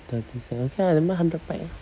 thirty cent then okay lah buy hundred pack ah